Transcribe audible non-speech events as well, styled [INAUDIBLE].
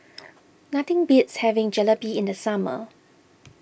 [NOISE] nothing beats having Jalebi in the summer